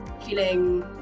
feeling